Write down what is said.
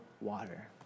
water